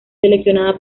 seleccionada